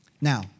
Now